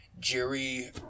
Jerry